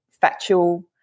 factual